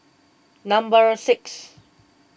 number six